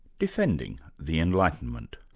defending the enlightenment.